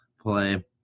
play